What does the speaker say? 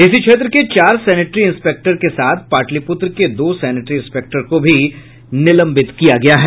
इसी क्षेत्र के चार सेनेटरी इंस्पेक्टर के साथ पाटलिपुत्र के दो सेनेटरी इंस्पेक्टर को भी निलंबित किया गया है